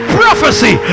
prophecy